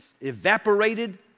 evaporated